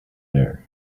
there